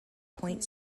point